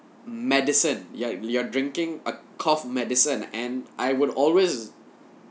medicine ya you are drinking a cough medicine and I would always